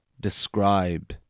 describe